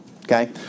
okay